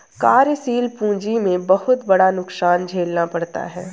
कार्यशील पूंजी में बहुत बड़ा नुकसान झेलना पड़ता है